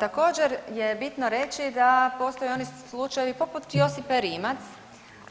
Također je bitno reći da postoje oni slučajevi poput Josipe Rimac